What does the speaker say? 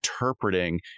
interpreting